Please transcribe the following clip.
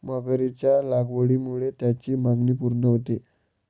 मगरीच्या लागवडीमुळे त्याची मागणी पूर्ण होते